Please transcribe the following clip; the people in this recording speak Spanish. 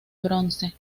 bronce